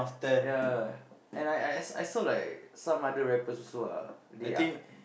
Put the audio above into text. ya and I I I I saw like some other rappers also ah they are